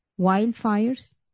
wildfires